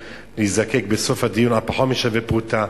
להיזקק בסוף הדיון על פחות משווה פרוטה.